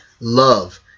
Love